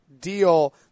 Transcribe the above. deal